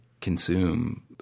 consume